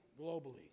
globally